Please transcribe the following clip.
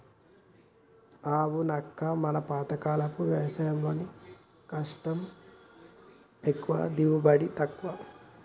అవునక్క మన పాతకాలపు వ్యవసాయంలో కష్టం ఎక్కువ దిగుబడి తక్కువ